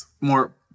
more